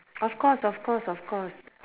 of course of course of course